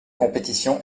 compétition